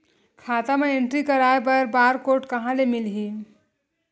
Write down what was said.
खाता म एंट्री कराय बर बार कोड कहां ले मिलही?